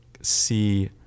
see